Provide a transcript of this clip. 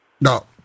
No